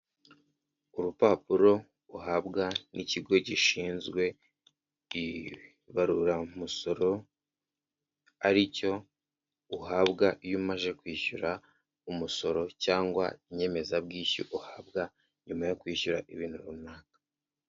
Urupapuro uhabwa n'ikigo gishinzwe ibaruramusoro, ari cyo uhabwa iyo umaze kwishyura umusoro cyangwa inyemezabwishyu uhabwa nyuma yo kwishyura ibintu runaka.